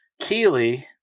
Keely